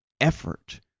effort